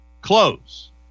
close